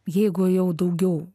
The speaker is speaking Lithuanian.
jeigu jau daugiau